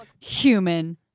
Human